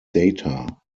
data